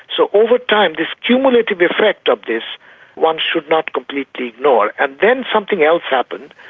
so over time, this cumulative effect of this one should not completely ignore. and then something else happened.